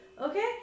Okay